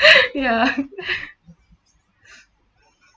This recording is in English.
ya